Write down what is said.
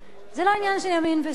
זה לא עניין של ימין ושמאל.